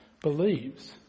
believes